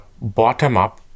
bottom-up